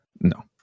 no